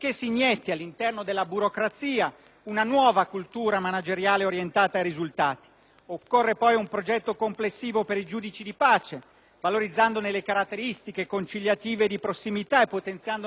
Occorre poi un progetto complessivo per i giudici di pace, valorizzandone le caratteristiche conciliative e di prossimità e potenziandone le strutture, e per la magistratura onoraria, che ora svolge, come abbiamo detto, un ruolo essenziale ed ineliminabile.